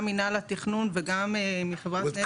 גם מינהל התכנון וגם מחברת נת"ע --- זאת אומרת,